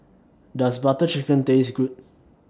Does Butter Chicken Taste Good